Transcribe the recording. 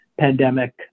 pandemic